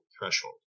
threshold